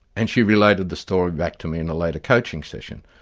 and she related the story back to me in a later coaching session.